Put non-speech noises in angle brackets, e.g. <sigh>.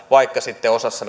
vaikka sitten osassa <unintelligible>